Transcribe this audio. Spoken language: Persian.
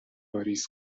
واریز